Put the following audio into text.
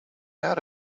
out